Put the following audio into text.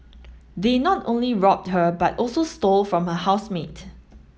they not only robbed her but also stole from her housemate